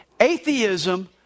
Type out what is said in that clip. Atheism